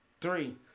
Three